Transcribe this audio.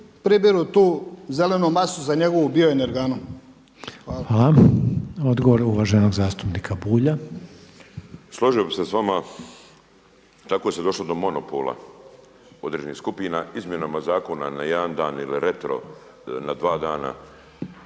pribiru tu zelenu masu za njegovu bioenerganu. Hvala. **Reiner, Željko (HDZ)** Hvala. Odgovor uvaženog zastupnika Bulja. **Bulj, Miro (MOST)** Složio bi se s vama, tako se došlo do monopola određenih skupina izmjenama zakona na jedan dan ili retro na dva dana